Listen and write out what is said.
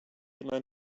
learn